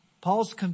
Paul's